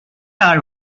are